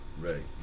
ready